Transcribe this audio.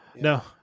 No